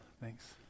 Thanks